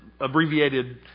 abbreviated